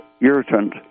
irritant